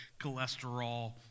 cholesterol